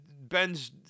Ben's